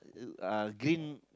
uh uh green